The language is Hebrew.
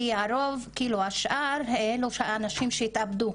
כי הרוב, השאר אלו נשים שהתאבדו.